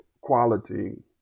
quality